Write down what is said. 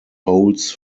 holds